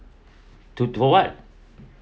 to for what